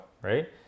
right